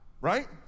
right